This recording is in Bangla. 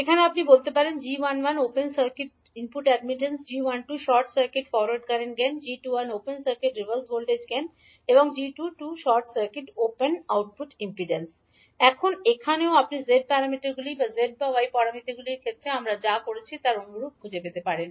এখন আপনি এটি বলতে পারেন 𝐠11 Open circuit input admittance 𝐠12 Short circuit forward current gain 𝐠21 Open circuit reverse voltage gain 𝐠22 Short circuit output impedance এখন এখানেও আপনি z প্যারামিটারগুলি z বা y প্যারামিটারগুলির ক্ষেত্রে আমরা যা করেছি তার অনুরূপ খুঁজে পেতে পারেন